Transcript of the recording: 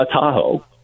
Tahoe